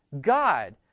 God